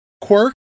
quirk